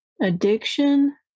Addiction